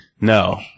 No